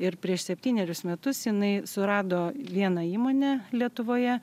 ir prieš septynerius metus jinai surado vieną įmonę lietuvoje